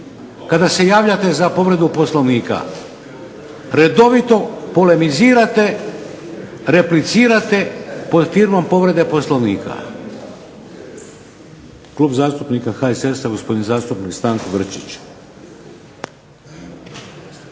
kada se javljate za povredu Poslovnika. Redovito polemizirate, replicirate pod firmom povrede Poslovnika. Klub zastupnika HSS-a gospodin zastupnik STAnko Grčić.